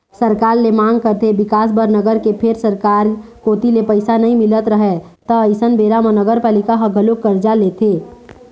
सरकार ले मांग करथे बिकास बर नगर के फेर सरकार कोती ले पइसा नइ मिलत रहय त अइसन बेरा म नगरपालिका ह घलोक करजा लेथे